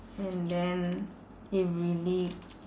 and then it really